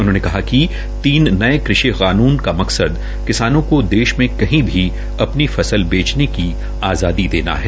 उन्होंने कहा कि तीन नये कृषि कानून का मकसद किसानों को देश में कहीं भी अपनी फसल बेचने की आज़ादी देना है